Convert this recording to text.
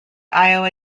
iowa